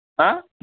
ఆ